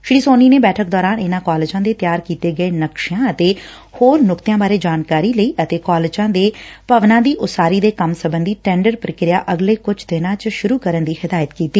ਸੀ ਸੋਨੀ ਨੇ ਬੈਠਕ ਦੌਰਾਨ ਇਨਾਂ ਕਾਲਜਾਂ ਦੇ ਤਿਆਰ ਕੀਤੇ ਗਏ ਨਕਸ਼ਿਆਂ ਅਤੇ ਹੋਰ ਨਕਤਿਆਂ ਬਾਰੇ ਜਾਣਕਾਰੀ ਲਈ ਅਤੇ ਕਾਲਜਾਂ ਦੇ ਭਵਨਾਂ ਦੀ ਉਸਾਰੀ ਦੇ ਕੰਮ ਸਬੇਧੀ ਟੈਂਡਰ ਪ੍ਰਕਿਰਿਆ ਅਗਲੇ ਕੁਝ ਦਿਨਾਂ ਚ ਸ਼ੁਰੂ ਕਰਨ ਦੀ ਹਿਦਾਇਤ ਕੀਤੀ